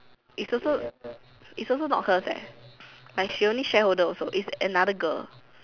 is also is also not hers eh like she only shareholder also it's another girl